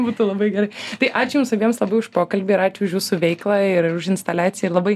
būtų labai gerai tai ačiū jums abiems labiau už pokalbį ir ačiū už jūsų veiklą ir už instaliaciją ir labai